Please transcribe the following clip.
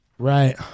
Right